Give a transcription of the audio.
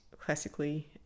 classically